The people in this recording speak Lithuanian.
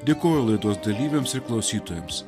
dėkoju laidos dalyviams ir klausytojams